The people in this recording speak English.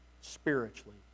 spiritually